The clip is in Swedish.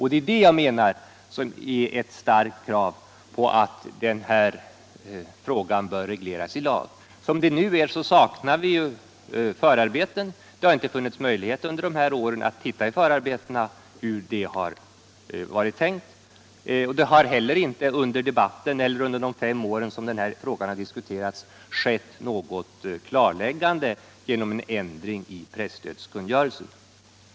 Det är, menar jag, ett starkt skäl för att frågan bör regleras i lag. Som det nu är saknar vi förarbeten. Det har inte funnits möjlighet under de gångna åren att titta i förarbeten hur det hela var tänkt. Det har heller inte under debatten eller under de fem år som den här frågan har diskuterats skett något klarläggande genom en ändring i presstödskungörelsen.